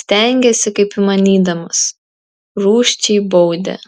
stengėsi kaip įmanydamas rūsčiai baudė